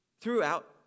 throughout